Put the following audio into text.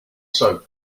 soap